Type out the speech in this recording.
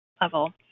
level